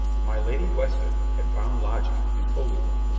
my lady weston had found lodging in holywell.